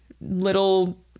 little